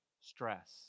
stress